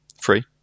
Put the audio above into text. free